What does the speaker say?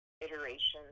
iterations